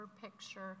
picture